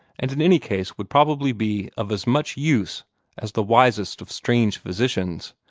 and in any case would probably be of as much use as the wisest of strange physicians